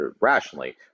rationally